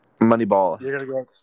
Moneyball